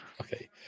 Okay